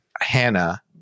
Hannah